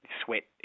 sweat